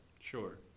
Sure